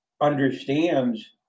understands